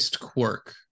Quirk